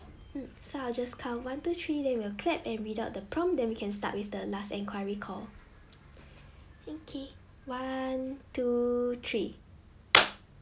um so I'll just count one two three then we'll clap and without the prompt them you can start with the last inquiry call okay one two three